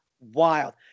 wild